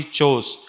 chose